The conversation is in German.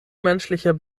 menschlicher